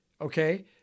Okay